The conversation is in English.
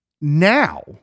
Now